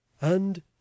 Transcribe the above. And